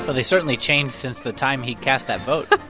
ah they certainly changed since the time he cast that vote